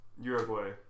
Uruguay